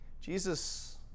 Jesus